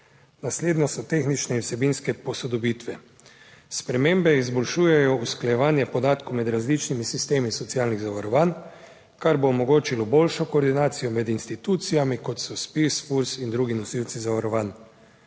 Naslednjo so tehnične in vsebinske posodobitve. Spremembe izboljšujejo usklajevanje podatkov med različnimi sistemi socialnih zavarovanj, kar bo omogočilo boljšo koordinacijo med institucijami kot so ZPIZ, FURS in drugi nosilci zavarovanj.